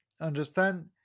understand